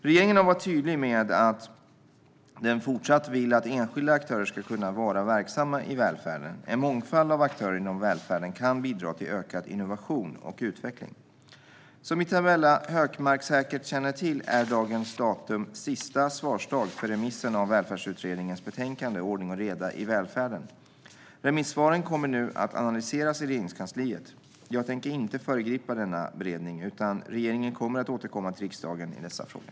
Regeringen har varit tydlig med att den fortsatt vill att enskilda aktörer ska kunna vara verksamma i välfärden. En mångfald av aktörer inom välfärden kan bidra till ökad innovation och utveckling. Som Isabella Hökmark säkert känner till är dagens datum sista svarsdag för remissen av Välfärdsutredningens betänkande Ordning och reda i välfärden . Remissvaren kommer nu att analyseras i Regeringskansliet. Jag tänker inte föregripa denna beredning, utan regeringen kommer att återkomma till riksdagen i dessa frågor.